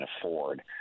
afford